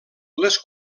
les